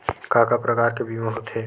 का का प्रकार के बीमा होथे?